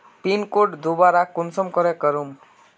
Pin code दोबारा कुंसम करे करूम?